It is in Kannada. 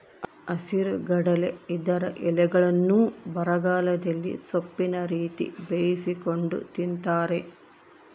ಹಸಿರುಗಡಲೆ ಇದರ ಎಲೆಗಳ್ನ್ನು ಬರಗಾಲದಲ್ಲಿ ಸೊಪ್ಪಿನ ರೀತಿ ಬೇಯಿಸಿಕೊಂಡು ತಿಂತಾರೆ